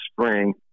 spring